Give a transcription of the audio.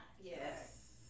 Yes